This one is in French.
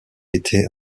été